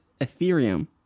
Ethereum